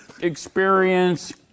experience